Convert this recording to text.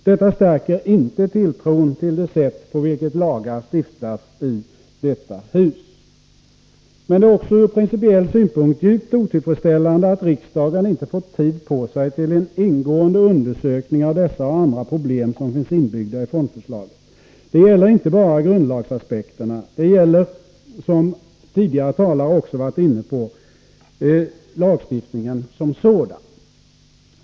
Detta stärker inte tilltron till det sätt på vilket lagar stiftas i detta hus. Men det är också ur principiell synpunkt djupt otillfredsställande att riksdagen inte fått tid på sig till en ingående undersökning av dessa och andra problem som finns inbyggda i fondförslaget. Det gäller inte bara grundlagsaspekterna, det gäller också — som tidigare talare också varit inne på — lagstiftningen som sådan.